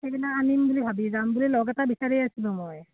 সেইবিলাক আনিম বুলি ভাবি যাম বুলি লগ এটা বিচাৰি আছিলোঁ মই